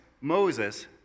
Moses